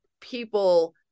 people